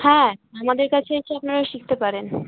হ্যাঁ আমাদের কাছে এসে আপনারা শিখতে পারেন